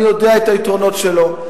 אני יודע את היתרונות שלו.